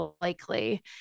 likely